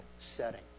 setting